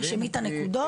תרשמי את הנקודות.